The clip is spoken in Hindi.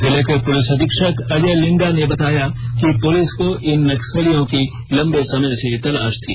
जिल के पुलिस अधीक्षक अजय लिंडा ने बताया कि प्रलिस को इन नक्सलियों की लंबे समय से तलाश थी